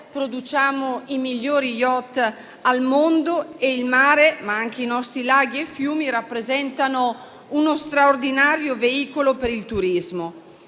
produciamo i migliori *yacht* al mondo; il mare, ma anche i nostri laghi e fiumi, rappresentano uno straordinario veicolo per il turismo.